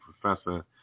professor